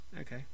Okay